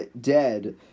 dead